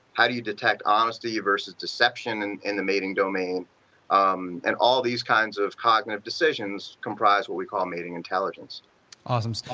how do you detect honesty versus deception and in the mating domain um and all these kinds of cognitive decisions comprised what we called mating intelligence awesome. so